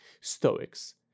Stoics